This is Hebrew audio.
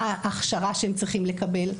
מה ההכשרה שהם צריכים לקבל.